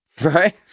right